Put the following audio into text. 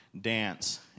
dance